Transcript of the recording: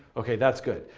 okay, that's good.